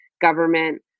government